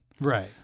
right